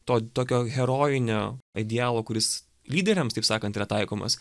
to tokio herojinio idealo kuris lyderiams taip sakant yra taikomas